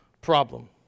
problem